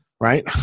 Right